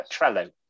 Trello